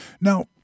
Now